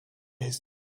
his